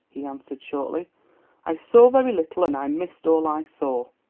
he answered shortly i saw very little, and i missed all i saw.